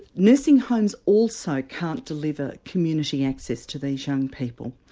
nursing homes also can't deliver community access to these young people.